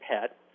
PET